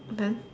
then